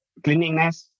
cleaningness